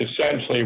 essentially